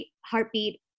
heartbeat